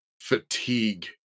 fatigue